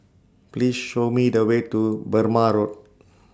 Please Show Me The Way to Burmah Road